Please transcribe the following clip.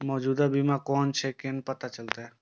मौजूद बीमा कोन छे केना पता चलते?